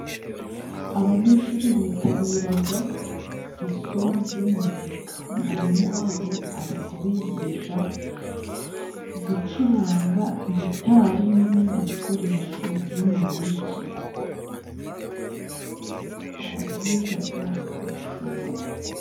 Abanyeshuri bitabiraga isomo ry'umuzika. Mwarimu wabo ari kubigisha gucuranga gitari n'ibindi bikoresho by'umuziki, barabyigaga bakabishobora.